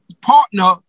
partner